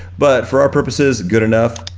but for our purposes, good enough.